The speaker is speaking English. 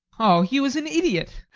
oh, he was an idiot!